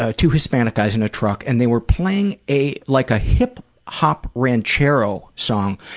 ah two hispanic guys in a truck and they were playing a, like a hip-hop hip-hop ranchero song,